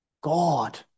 God